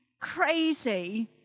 crazy